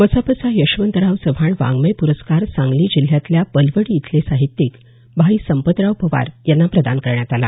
मसापचा यशवंतराव चव्हाण वाङमय प्रस्कार सांगली जिल्ह्यातल्या बलवडी इथले साहित्यिक भाई संपतराव पवार यांना प्रदान करण्यात आला